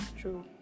True